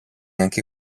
anche